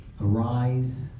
Arise